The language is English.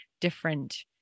different